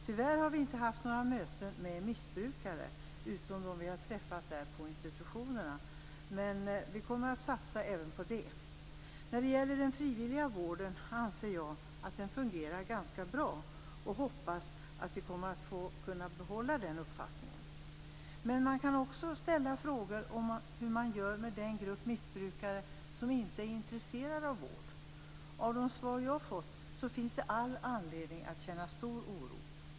Tyvärr har vi inte haft några möten med missbrukare utöver dem som vi har träffat på institutionerna, men vi kommer att satsa även på det. Jag anser att den frivilliga vården fungerar ganska bra, och jag hoppas att vi kommer att kunna behålla den uppfattningen. Man kan dock ställa frågor om hur den grupp av missbrukare som inte är intresserad av vård behandlas. De besked som jag har fått ger all anledning att känna stor oro.